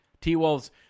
T-Wolves